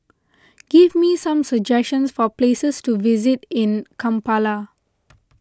give me some suggestions for places to visit in Kampala